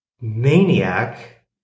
maniac